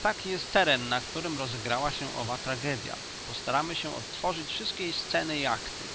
taki jest teren na którym rozegrała się owa tragedya postaramy się odtworzyć wszystkie jej sceny i akty